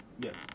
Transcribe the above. yes